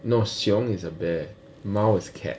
no 熊 is a bear 猫 is cat